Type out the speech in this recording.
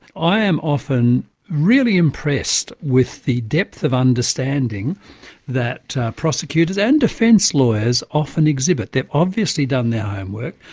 i am often really impressed with the depth of understanding that prosecutors and defence lawyers often exhibit. they've obviously done their homework,